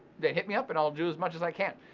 then hit me up and i'll do as much as i can.